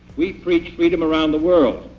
we preach freedom around the world,